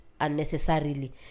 unnecessarily